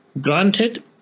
Granted